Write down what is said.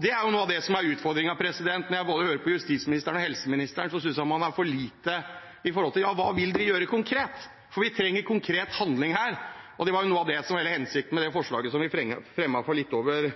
Det er noe av det som er utfordringen når jeg hører på justisministeren og helseministeren, at man er for lite opptatt av hva man vil gjøre konkret. Vi trenger konkret handling her, og det var noe av det som var hensikten med forslaget vi fremmet for litt over